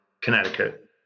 Connecticut